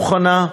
מוכנה,